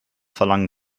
verlangen